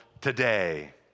today